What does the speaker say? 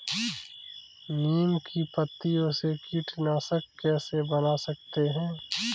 नीम की पत्तियों से कीटनाशक कैसे बना सकते हैं?